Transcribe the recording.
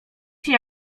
się